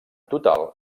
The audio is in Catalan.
total